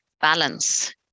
balance